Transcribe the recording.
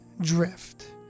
drift